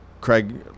Craig